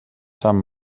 sant